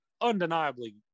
undeniably